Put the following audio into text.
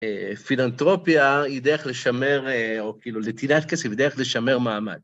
פילנטרופיה היא דרך לשמר, או כאילו לתינת כסף היא דרך לשמר מעמד.